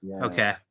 Okay